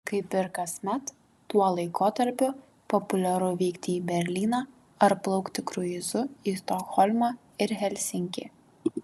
kaip ir kasmet tuo laikotarpiu populiaru vykti į berlyną ar plaukti kruizu į stokholmą ir helsinkį